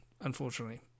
unfortunately